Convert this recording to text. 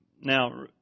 Now